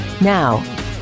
Now